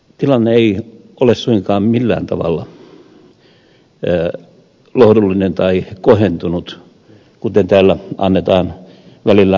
tilanne ei ole suinkaan millään tavalla lohdullinen tai kohentunut kuten täällä annetaan välillä ymmärtää